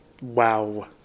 Wow